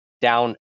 down